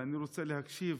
ואני רוצה להקשיב